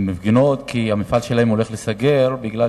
הן מפגינות כי המפעל שלהן הולך להיסגר בגלל